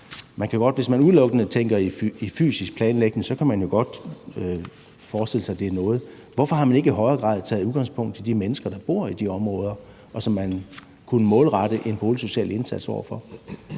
Hvis man udelukkende tænker i fysisk planlægning, kan man jo godt forestille sig, at det er noget, men hvorfor har man ikke i højere grad taget udgangspunkt i de mennesker, der bor i de områder, og som man kunne målrette en boligsocial indsats over for?